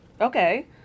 okay